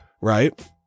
Right